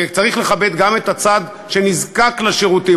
וצריך לכבד גם את הצד שנזקק לשירותים,